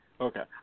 Okay